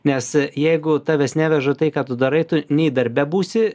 nes jeigu tavęs neveža tai ką tu darai tu nei darbe būsi